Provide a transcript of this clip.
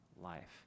life